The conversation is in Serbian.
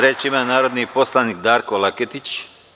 Reč ima narodni poslanik Darko Laketić.